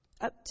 up